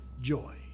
joy